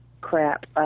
crap